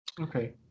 Okay